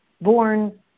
born